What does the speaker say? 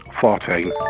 Fourteen